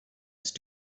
ist